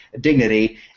Dignity